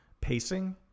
pacing